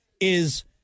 is-